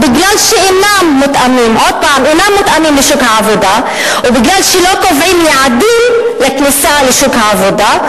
כי הם אינם מותאמים לשוק העבודה ולא קובעים יעדים לכניסה לשוק העבודה,